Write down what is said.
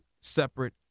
separate